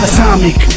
Atomic